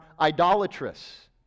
idolatrous